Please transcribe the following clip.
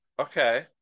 Okay